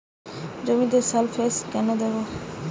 জমিতে সালফেক্স কেন দেবো?